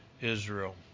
Israel